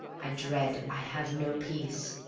i dread, i have no peace.